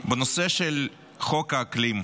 בנושא של חוק האקלים,